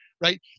right